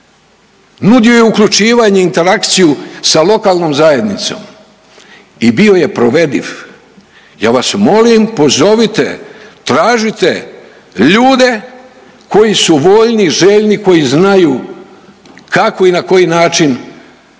nudio je uključivanje, interakciju sa lokalnom zajednicom i bio je provediv. Ja vas molim pozovite, tražite ljude koji su voljni, željni, koji znaju kako i na koji način